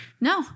No